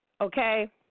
okay